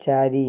ଚାରି